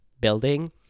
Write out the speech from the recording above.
building